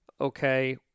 okay